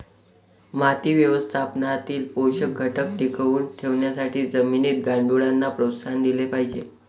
माती व्यवस्थापनातील पोषक घटक टिकवून ठेवण्यासाठी जमिनीत गांडुळांना प्रोत्साहन दिले पाहिजे